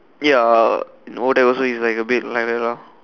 ya no there was abit like that lo